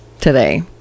today